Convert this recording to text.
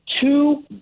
two